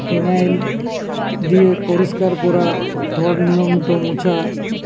phenyl দিয়ে পরিষ্কার করা ঘর নিয়মিত মোছা